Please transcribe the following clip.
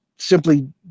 simply